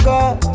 God